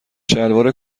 شلوار